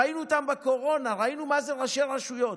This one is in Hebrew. ראינו אותם בקורונה, ראינו מה זה ראשי רשויות.